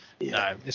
No